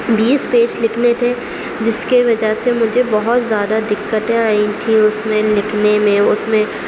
بیس page لکھنے تھے جس کے وجہ سے مجھے بہت زیادہ دقتیں آئی تھیں اس میں لکھنے میں اس میں